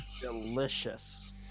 delicious